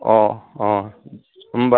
अ अ होनबा